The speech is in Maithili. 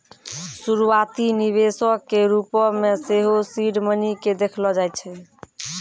शुरुआती निवेशो के रुपो मे सेहो सीड मनी के देखलो जाय छै